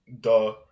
duh